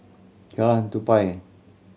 Jalan Tupai